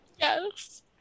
Yes